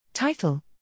Title